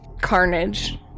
carnage